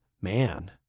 man